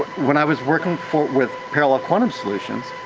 when i was working with parallel quantum solutions,